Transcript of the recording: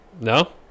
No